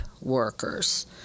workers